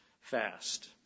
fast